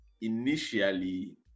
initially